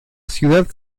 ciudad